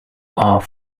are